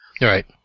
Right